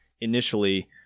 initially